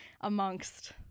amongst